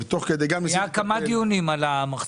היו כמה דיונים על המחצבות.